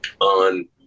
on